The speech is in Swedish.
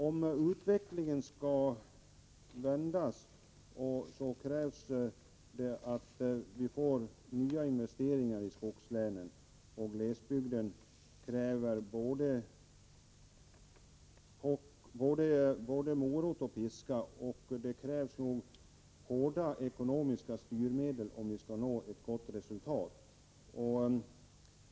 Om utvecklingen skall vändas krävs det att vi får nya investeringar i skogslänen. Glesbygden kräver både morot och piska. Det krävs nog hårda ekonomiska styrmedel, om vi skall nå ett gott resultat.